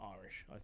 Irish